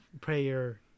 prayer